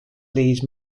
leads